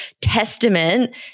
testament